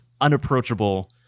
unapproachable